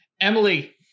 Emily